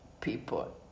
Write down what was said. people